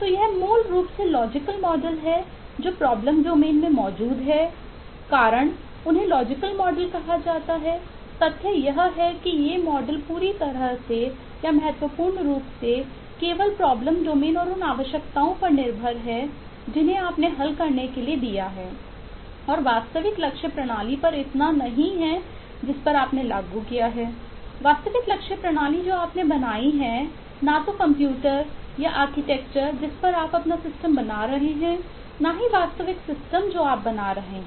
तो ये मूल रूप से लॉजिकल मॉडल जो आप बना रहे हैं